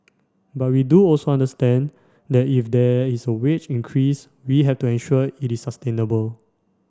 but we do also understand that if there is wage increase we have to ensure it is sustainable